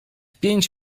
pięć